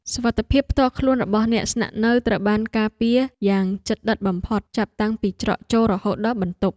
សុវត្ថិភាពផ្ទាល់ខ្លួនរបស់អ្នកស្នាក់នៅត្រូវបានការពារយ៉ាងជិតដិតបំផុតចាប់តាំងពីច្រកចូលរហូតដល់បន្ទប់។